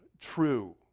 true